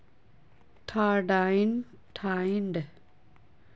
ठाइड़ सॅ गाछ में जल आदि पत्ता तक पहुँचैत अछि